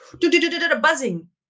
buzzing